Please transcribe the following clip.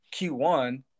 Q1